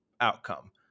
outcome